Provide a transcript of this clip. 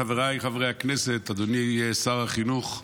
חבריי חברי הכנסת, אדוני שר החינוך,